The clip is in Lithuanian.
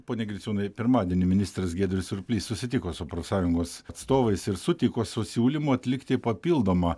pone griciūnui pirmadienį ministras giedrius surplys susitiko su profsąjungos atstovais ir sutiko su siūlymu atlikti papildomą